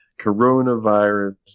coronavirus